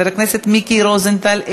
חבר הכנסת מיקי רוזנטל,